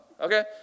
Okay